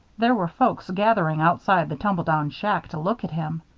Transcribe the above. there were folks gathering outside the tumble-down shack to look at him.